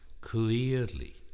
clearly